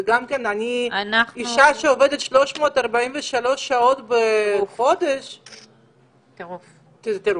אישה שעובדת 343 שעות בחודש זה טירוף.